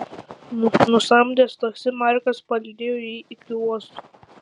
nusamdęs taksi markas palydėjo jį iki uosto